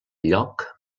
lloc